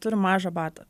turim mažą batą